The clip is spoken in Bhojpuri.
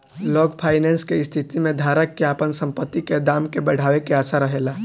लॉन्ग फाइनेंस के स्थिति में धारक के आपन संपत्ति के दाम के बढ़ावे के आशा रहेला